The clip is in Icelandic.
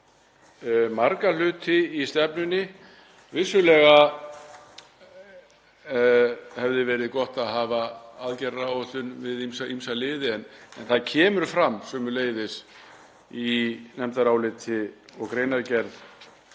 marga hluti í stefnunni. Vissulega hefði verið gott að hafa aðgerðaáætlun við ýmsa liði en það kemur fram sömuleiðis í nefndaráliti og greinargerð